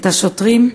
את השוטרים,